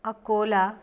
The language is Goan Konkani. अंकोला